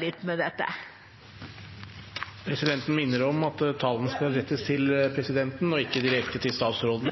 litt med dette. Presidenten minner om at tale skal rettes til presidenten og ikke direkte til statsråden.